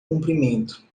comprimento